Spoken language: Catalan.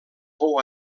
fou